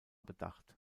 bedacht